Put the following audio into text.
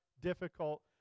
difficult